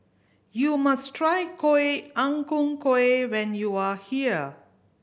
you must try Ang Ku Kueh when you are here